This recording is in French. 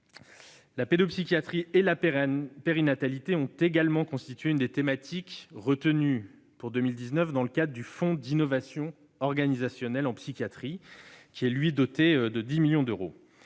La pédopsychiatrie et la périnatalité ont également constitué l'une des thématiques retenues pour 2019 dans le cadre du fonds d'innovation organisationnelle en psychiatrie, doté de 10 millions d'euros.